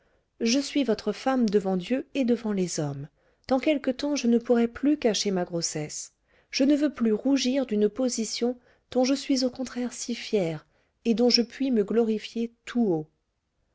je suis votre femme devant dieu et devant les hommes dans quelque temps je ne pourrai plus cacher ma grossesse je ne veux plus rougir d'une position dont je suis au contraire si fière et dont je puis me glorifier tout haut